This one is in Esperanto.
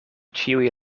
ĉiuj